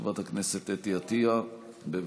חברת הכנסת אתי עטייה, בבקשה.